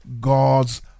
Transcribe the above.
God's